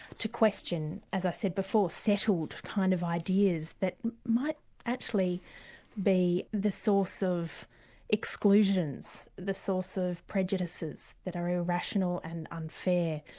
to question, as i said before, settled kind of ideas that might actually be the source of exclusions, the source of prejudices that are irrational and unfair,